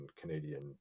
Canadian